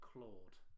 Claude